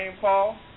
Paul